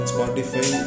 Spotify